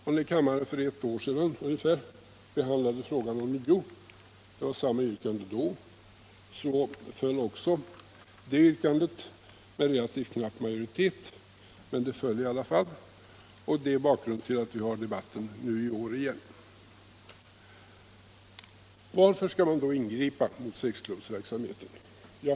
Och när kammaren för ungefär ett år sedan behandlade frågan ånvo framställdes samma yrkande och det fölt också — visserligen med en knapp majoritet. men yrkandet föll i alla fall. Dei är bakgrunden till att vi i år har denna debatt igen. Varför skall man då ingripa mot sexktubbsverksamheten?